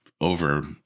over